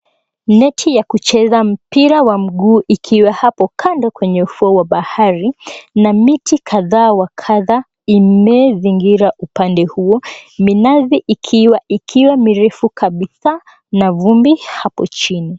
Neti wa kucheza mpira wa mguu ukiwa hapo kando kwenye ufuo wa bahari na miti kadha wa kadha imezingira pande huo. Minazi ikiwa ikiwa mirefu kabisa na vumbi hapo chini.